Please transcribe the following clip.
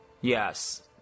yes